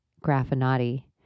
Graffinati